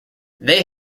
they